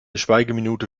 schweigeminute